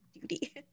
Duty